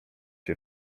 się